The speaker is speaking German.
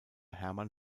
hermann